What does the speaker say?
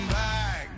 back